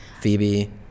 Phoebe